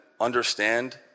understand